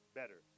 better